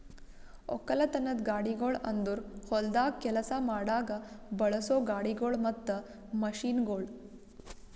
ಒಕ್ಕಲತನದ ಗಾಡಿಗೊಳ್ ಅಂದುರ್ ಹೊಲ್ದಾಗ್ ಕೆಲಸ ಮಾಡಾಗ್ ಬಳಸೋ ಗಾಡಿಗೊಳ್ ಮತ್ತ ಮಷೀನ್ಗೊಳ್